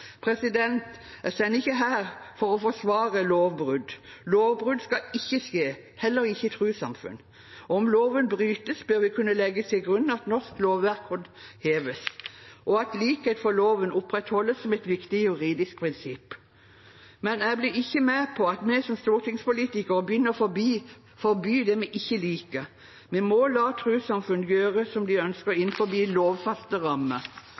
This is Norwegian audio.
Jeg står ikke her for å forsvare lovbrudd. Lovbrudd skal ikke skje, heller ikke i trossamfunn. Om loven brytes, bør vi kunne legge til grunn at norsk lovverk må heves, og at likhet for loven må opprettholdes som et viktig juridisk prinsipp. Men jeg blir ikke med på at vi som stortingspolitikere begynner å forby det vi ikke liker. Vi må la trossamfunn gjøre som de ønsker innenfor lovfaste rammer.